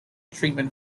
treatment